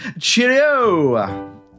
cheerio